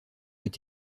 est